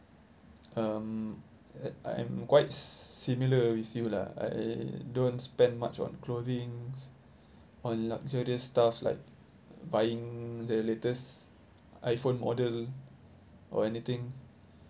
um I'm quite similar with you lah I don't spend much on clothings on luxurious stuff like buying the latest iphone model or anything